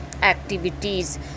activities